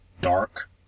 dark